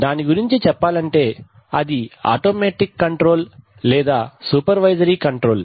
దాని గురించి చెప్పాలంటే అది ఆటోమేటిక్ కంట్రోల్ లేదా సూపర్వైజరీ కంట్రోల్